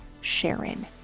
sharon